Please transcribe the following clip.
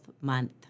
Month